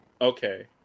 Okay